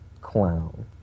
clown